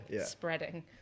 spreading